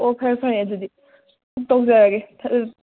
ꯑꯣ ꯐꯔꯦ ꯐꯔꯦ ꯑꯗꯨꯗꯤ ꯎꯝ ꯇꯧꯖꯔꯒꯦ